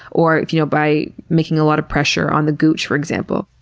or if, you know, by making a lot of pressure on the gooch, for example.